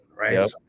right